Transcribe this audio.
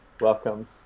Welcome